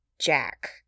Jack